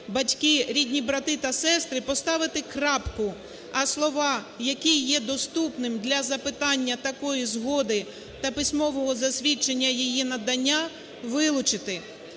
батьки, рідні брати та сестри)" поставити крапку, а слова "які є доступним для запитання такої згоди та письмового засвідчення її надання" вилучити.